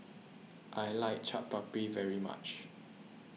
I like Chaat Papri very much